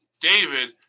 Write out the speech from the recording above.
David